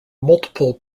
multiple